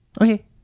Okay